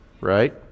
right